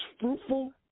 fruitful